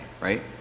right